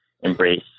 embrace